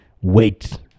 wait